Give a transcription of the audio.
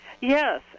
Yes